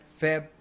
Feb